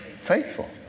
faithful